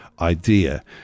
idea